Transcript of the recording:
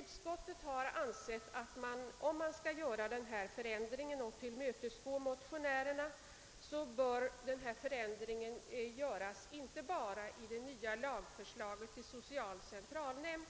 Utskottet har emellertid ansett att man, om man skall tillmötesgå motionärerna, bör ändra inte bara i lagförslaget om sociala centralnämnder